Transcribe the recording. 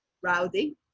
rowdy